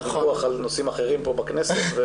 אלא ויכוח על נושאים אחרים פה בכנסת.